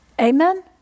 Amen